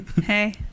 Hey